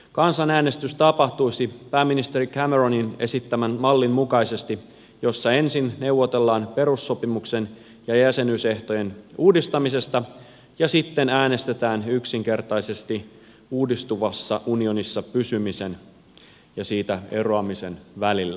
kansanäänestys tapahtuisi pääministeri cameronin esittämän mallin mukaisesti jossa ensin neuvotellaan perussopimuksen ja jäsenyysehtojen uudistamisesta ja sitten äänestetään yksinkertaisesti uudistuvassa unionissa pysymisen ja siitä eroamisen välillä